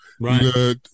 Right